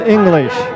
English